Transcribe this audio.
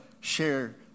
share